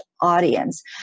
audience